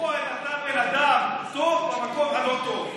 איציק כהן, אתה בן אדם טוב במקום הלא-טוב.